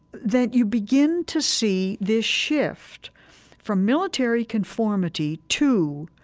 that you begin to see this shift from military conformity to